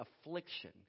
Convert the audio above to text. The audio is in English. affliction